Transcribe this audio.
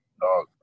dog